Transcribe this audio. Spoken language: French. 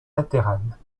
latérales